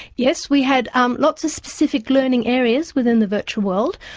yes, we had um lots of specific learning areas within the virtual world.